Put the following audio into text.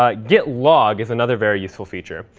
ah git log is another very useful feature.